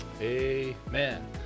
Amen